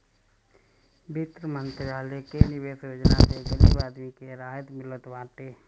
वित्त मंत्रालय कअ निवेश योजना से गरीब आदमी के राहत मिलत बाटे